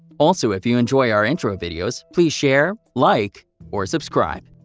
also, if you enjoy our intro videos please share, like or subscribe!